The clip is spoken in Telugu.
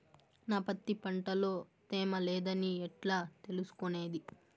నా పత్తి పంట లో తేమ లేదని ఎట్లా తెలుసుకునేది?